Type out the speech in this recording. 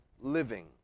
living